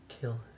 Kill